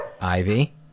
Ivy